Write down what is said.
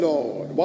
Lord